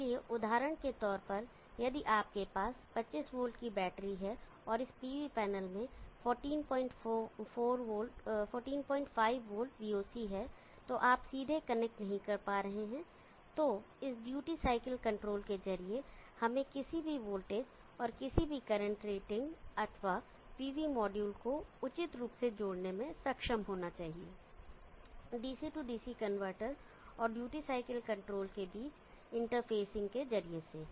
इसलिए उदाहरण के तौर पर यदि आपके पास 25 वोल्ट की बैटरी है और इस pv पैनल में 145 वोल्ट VOC है और आप सीधे कनेक्ट नहीं कर पा रहे हैं तो इस ड्यूटी साइकिल कंट्रोल के जरिए हमें किसी भी वोल्टेज और किसी भी करंट रेटिंग अथवा pv मॉड्यूल को उचित रूप से जोड़ने में सक्षम होना चाहिए DC DC कनवर्टर और ड्यूटी साइकिल कंट्रोल के बीच इंटरफेसिंग के जरिए से